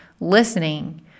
listening